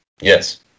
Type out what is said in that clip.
Yes